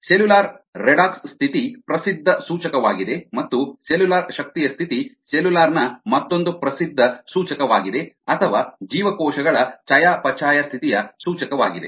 cellular redox ಸ್ಥಿತಿ ಪ್ರಸಿದ್ಧ ಸೂಚಕವಾಗಿದೆ ಮತ್ತು ಸೆಲ್ಯುಲಾರ್ ಶಕ್ತಿಯ ಸ್ಥಿತಿ ಸೆಲ್ಯುಲಾರ್ ನ ಮತ್ತೊಂದು ಪ್ರಸಿದ್ಧ ಸೂಚಕವಾಗಿದೆ ಅಥವಾ ಜೀವಕೋಶಗಳ ಚಯಾಪಚಯ ಸ್ಥಿತಿಯ ಸೂಚಕವಾಗಿದೆ